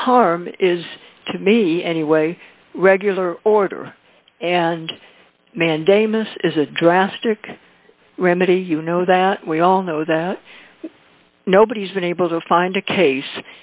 the harm is to me anyway regular order and mandamus is a drastic remedy you know that we all know that nobody's been able to find a case